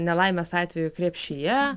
nelaimės atveju krepšyje